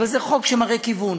אבל זה חוק שמראה כיוון.